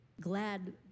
glad